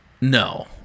No